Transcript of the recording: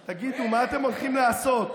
תגידו, מה אתם הולכים לעשות?